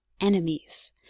enemies